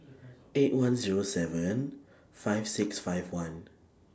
eight one Zero seven five six five one